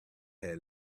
had